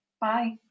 Bye